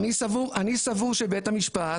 אני סבור שבית המשפט,